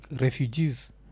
refugees